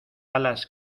alas